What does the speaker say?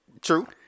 True